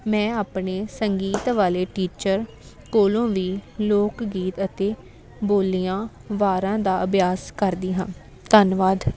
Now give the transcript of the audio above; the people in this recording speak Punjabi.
ਮੈਂ ਆਪਣੇ ਸੰਗੀਤ ਵਾਲੇ ਟੀਚਰ ਕੋਲੋਂ ਵੀ ਲੋਕ ਗੀਤ ਅਤੇ ਬੋਲੀਆਂ ਵਾਰਾਂ ਦਾ ਅਭਿਆਸ ਕਰਦੀ ਹਾਂ ਧੰਨਵਾਦ